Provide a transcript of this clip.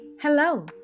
Hello